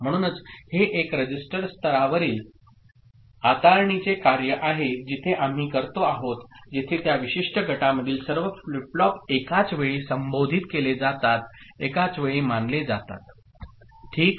म्हणूनच हे एक रजिस्टर स्तरावरील हाताळणीचे कार्य आहे जेथे आम्ही करतो आहोत जेथे त्या विशिष्ट गटामधील सर्व फ्लिप फ्लॉप एकाच वेळी संबोधित केले जातात एकाच वेळी मानले जातात ठीक